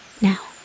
now